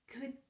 good